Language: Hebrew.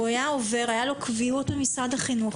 הייתה לו קביעות ממשרד החינוך,